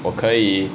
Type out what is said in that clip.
我可以